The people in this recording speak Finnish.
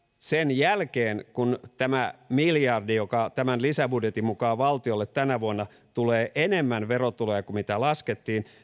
sen jälkeen kun tämä miljardi joka tämän lisäbudjetin mukaan valtiolle tänä vuonna tulee enemmän verotuloja kuin mitä laskettiin